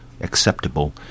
acceptable